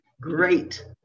great